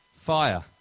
fire